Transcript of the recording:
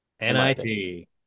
NIT